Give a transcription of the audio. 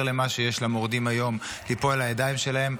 למה שיש למורדים היום ליפול לידיים שלהם,